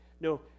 no